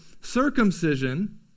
circumcision